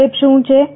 વિક્ષેપ શું છે